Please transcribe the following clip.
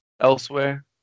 elsewhere